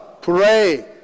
pray